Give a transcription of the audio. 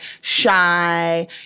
shy